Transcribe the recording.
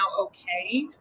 okay